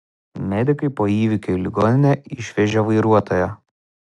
medikai po įvykio į ligoninę išvežė vairuotoją